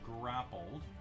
grappled